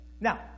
Now